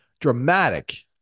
dramatic